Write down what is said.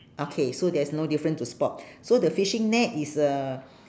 okay so there's no difference to spot so the fishing net is uh